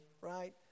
right